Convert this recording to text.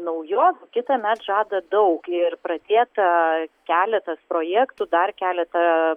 naujovių kitąmet žada daug ir pradėta keletas projektų dar keletą